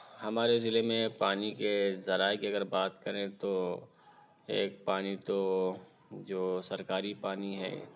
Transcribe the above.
ہمارے ضلع میں پانی کے ذرائع کی اگر بات کریں تو ایک پانی تو جو سرکاری پانی ہے